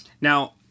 Now